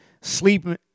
sleeping